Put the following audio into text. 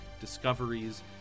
discoveries